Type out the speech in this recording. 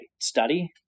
study